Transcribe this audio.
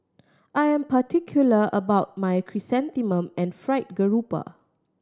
I am particular about my chrysanthemum and Fried Garoupa